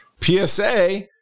PSA